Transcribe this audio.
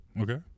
Okay